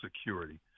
security